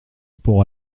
pour